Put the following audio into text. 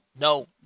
no